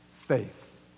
faith